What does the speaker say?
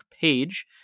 page